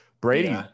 brady